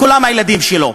כולם הילדים שלו.